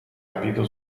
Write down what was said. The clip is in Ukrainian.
обіду